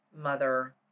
mother